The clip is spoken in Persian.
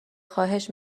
خواهش